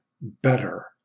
better